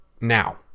Now